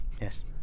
Yes